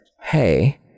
hey